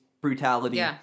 brutality